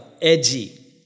edgy